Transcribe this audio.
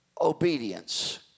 obedience